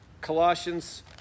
Colossians